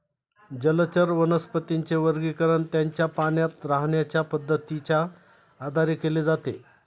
जलचर वनस्पतींचे वर्गीकरण त्यांच्या पाण्यात राहण्याच्या पद्धतीच्या आधारे केले जाते